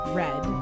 red